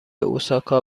اوساکا